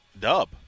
dub